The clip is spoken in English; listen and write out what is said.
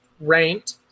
ranked